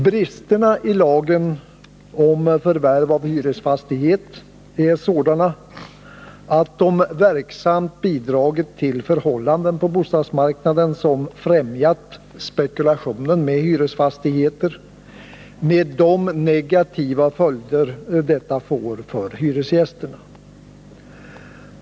Bristerna i lagen om förvärv av hyresfastighet är sådana att de verksamt bidragit till förhållanden på bostadsmarknaden som främjat spekulationen med hyresfastigheter med de negativa följder detta får för hyresgästerna.